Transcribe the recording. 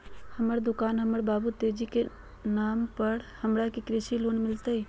हमर दुकान हमर बाबु तेजी के नाम पर हई, हमरा के कृषि लोन मिलतई?